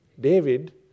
David